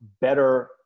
better